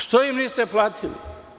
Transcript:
Što im niste platili?